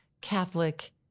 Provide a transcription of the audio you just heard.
Catholic